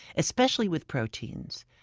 especially with proteins,